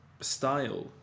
style